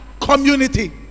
community